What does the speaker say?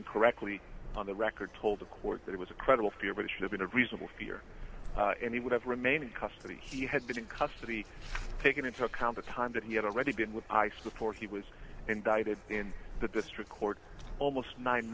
incorrectly on the record told the court that it was a credible fear but it should have been a reasonable fear any would have remained in custody he had been in custody taken into account the time that he had already been with i support he was indicted in the district court almost nine